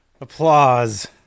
applause